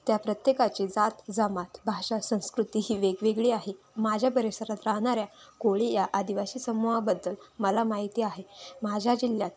त्या प्रत्येकाची जात जमात भाषा संस्कृती ही वेगवेगळी आहे माझ्या परिसरात राहणाऱ्या कोळी या आदिवासी समूहाबद्दल मला माहिती आहे माझ्या जिल्ह्यात